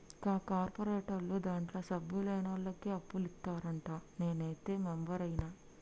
కా కార్పోరేటోళ్లు దాంట్ల సభ్యులైనోళ్లకే అప్పులిత్తరంట, నేనైతే మెంబరైన